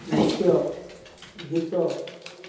ନୃତ୍ୟ ଗୀତ